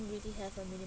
really have a minimum